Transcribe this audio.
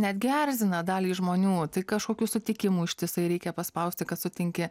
netgi erzina daliai žmonių tai kažkokių sutikimų ištisai reikia paspausti kad sutinki